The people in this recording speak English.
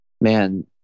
man